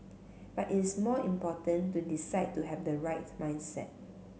but it is more important to decide to have the right mindset